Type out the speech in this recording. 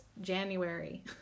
January